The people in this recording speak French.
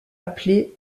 appelé